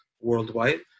worldwide